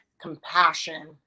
compassion